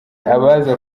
abaza